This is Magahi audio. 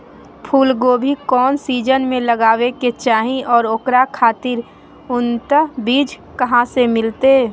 फूलगोभी कौन सीजन में लगावे के चाही और ओकरा खातिर उन्नत बिज कहा से मिलते?